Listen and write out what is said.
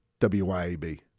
WYAB